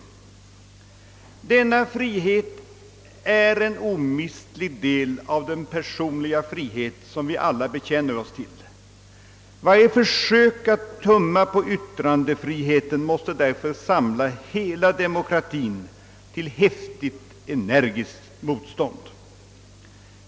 Denna frihet är en omistlig del av den personliga frihet som vi alla bekänner oss till. Varje försök att tumma på yttrandefriheten måste därför samla hela demokratien till häftigt och energiskt motstånd.